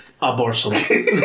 Abortion